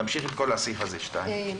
תמשיכי את כל הסעיף הזה, 2 (ב).